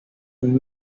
and